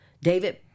David